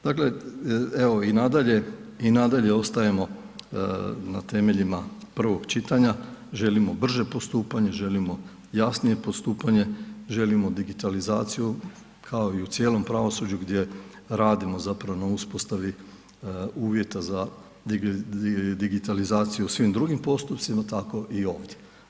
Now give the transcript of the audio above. Dakle evo i nadalje ostajemo na temeljima prvog čitanja, želimo brže postupanje, želimo jasnije postupanje, želimo digitalizaciju kao i u cijelom pravosuđu gdje radimo radimo zapravo na uspostavi uvjeta za digitalizaciju u svim drugim postupcima, tako i ovdje.